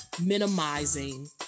minimizing